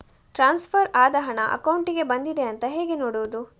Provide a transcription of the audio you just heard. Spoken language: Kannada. ಟ್ರಾನ್ಸ್ಫರ್ ಆದ ಹಣ ಅಕೌಂಟಿಗೆ ಬಂದಿದೆ ಅಂತ ಹೇಗೆ ನೋಡುವುದು?